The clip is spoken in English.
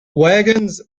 wagons